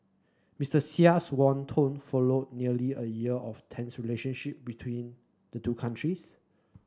Mister Xi's warm tone followed nearly a year of tense relationship between the two countries